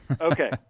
Okay